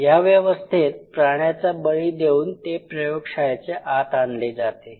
या व्यवस्थेत प्राण्याचा बळी देऊन ते प्रयोगशाळेच्या आत आणले जाते